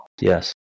Yes